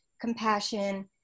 compassion